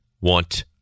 want